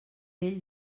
ell